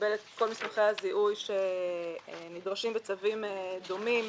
לקבל את כל מסמכי הזיהוי שנדרשים בצווים דומים